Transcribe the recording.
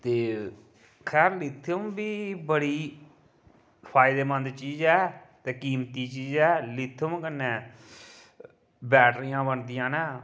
ते खैर लिथियम बी बड़ी फायदेमंद चीज़ ऐ ते कीमती चीज़ ऐ लिथियम कन्नै बैटरियां बनदियां न